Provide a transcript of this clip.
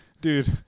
dude